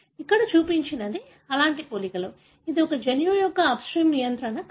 ఇక్కడ చూపినది అలాంటి పోలికలు ఇది ఒక జన్యువు యొక్క అప్స్ట్రీమ్ నియంత్రణ క్రమం